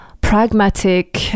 pragmatic